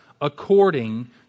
according